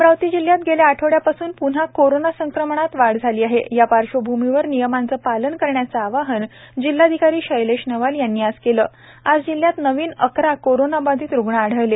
अमरावती जिल्ह्यात गेल्या आठवड्यापासून पुन्हा कोरोना संक्रमणात वाढ झाली आहे या प्रार्श्वभूमीवर नियमाचमं पालन करण्याचं आवाहन जिल्हाधिकारी शैलेश नवाल यांनी आज केलं आज जिल्ह्यात नवीन अकरा कोरोना बाधित रुग्ण आढळले